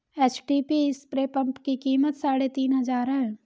HTP spray pump की कीमत साढ़े तीन हजार है